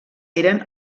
eren